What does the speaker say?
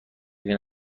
این